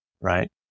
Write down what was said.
right